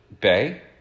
Bay